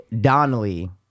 Donnelly